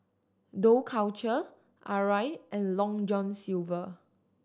Dough Culture Arai and Long John Silver